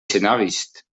scénariste